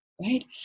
Right